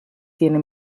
tiene